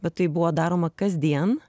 bet tai buvo daroma kasdien